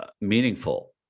meaningful